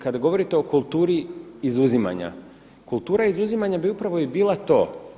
Kada govorite o kulturi izuzimanja, kultura izuzimanja bi upravo i bila to.